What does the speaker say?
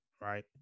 right